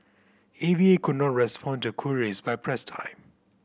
A V A could not respond to queries by press time